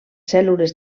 cèl·lules